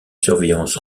surveillance